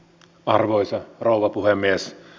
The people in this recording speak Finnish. arvoisa rouva puhemies